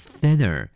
thinner